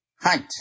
height